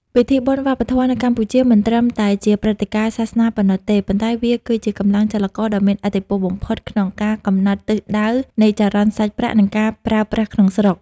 ពិធីបុណ្យវប្បធម៌នៅកម្ពុជាមិនត្រឹមតែជាព្រឹត្តិការណ៍សាសនាប៉ុណ្ណោះទេ ប៉ុន្តែវាគឺជាកម្លាំងចលករដ៏មានឥទ្ធិពលបំផុតក្នុងការកំណត់ទិសដៅនៃចរន្តសាច់ប្រាក់ និងការប្រើប្រាស់ក្នុងស្រុក។